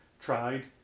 tried